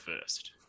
first